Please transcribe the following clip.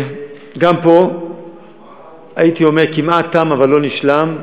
גם פה הייתי אומר: כמעט תם אבל לא נשלם.